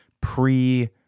pre